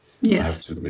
Yes